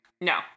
No